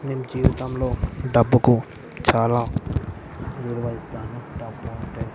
నేను జీవితంలో డబ్బుకు చాల విలువ ఇస్తాను డబ్బు ఉంటే